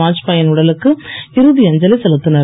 வாத்பாயின் உடலுக்கு இறுதி அஞ்சலி செலுத்தினர்